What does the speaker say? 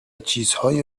چیزهای